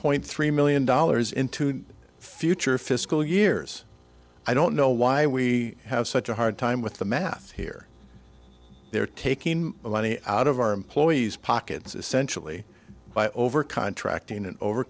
point three million dollars into future fiscal years i don't know why we have such a hard time with the math here they're taking the money out of our employees pockets essentially by over contracting